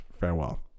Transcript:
farewell